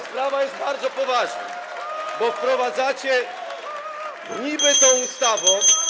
Sprawa jest bardzo poważna, bo wprowadzacie [[Gwar na sali, dzwonek]] niby tą ustawą.